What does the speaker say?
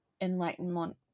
enlightenment